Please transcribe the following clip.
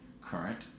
current